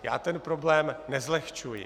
Já ten problém nezlehčuji.